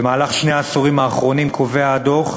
במהלך שני העשורים האחרונים, קובע הדוח,